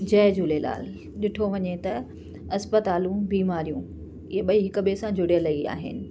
जय झूलेलाल ॾिठो वञे त अस्पतालूं बीमारियूं इहे ॿई हिक ॿिए सां जुड़ियल ई आहिनि